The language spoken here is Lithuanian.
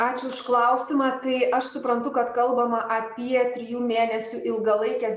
ačiū už klausimą tai aš suprantu kad kalbama apie trijų mėnesių ilgalaikės